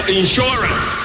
insurance